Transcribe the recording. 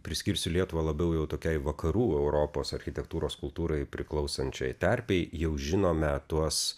priskirsiu lietuvą labiau jau tokiai vakarų europos architektūros kultūrai priklausančiai terpei jau žinome tuos